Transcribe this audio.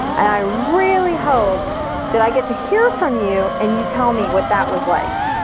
i really hope that i get to hear from you, and you tell me what that was like.